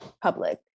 public